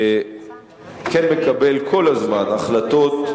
כן מקבל כל הזמן החלטות,